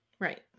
Right